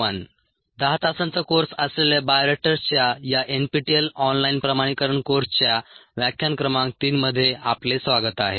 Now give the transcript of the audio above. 10 तासांचा कोर्स असलेल्या बायोरिएक्टर्सच्या या एनपीटीएल ऑनलाइन प्रमाणीकरण कोर्सच्या व्याख्यान क्रमांक 3 मध्ये आपले स्वागत आहे